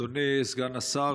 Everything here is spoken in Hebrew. אדוני סגן השר,